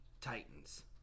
Titans